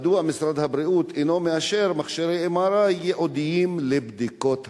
מדוע משרד הבריאות אינו מאשר מכשירי MRI ייעודיים לבדיקות השד?